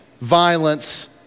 violence